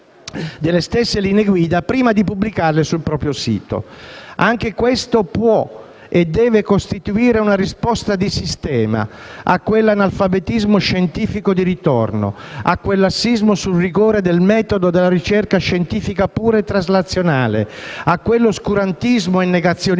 delle stesse linee guida prima di pubblicarle sul proprio sito istituzionale. Anche questo può e deve costituire una risposta di sistema a quell'analfabetismo scientifico di ritorno, a quel lassismo sul rigore del metodo della ricerca scientifica pura e traslazionale, a quell'oscurantismo e negazionismo